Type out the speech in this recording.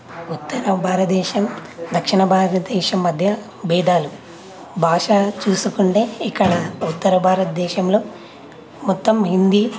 ఉత్తర భారతదేశం దక్షిణ భారతదేశం మధ్య బేధాలు భాష చూసుకుంటే ఇక్కడ ఉత్తర భారతదేశంలో మొత్తం హిందీ